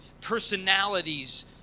personalities